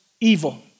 evil